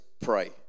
pray